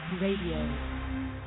Radio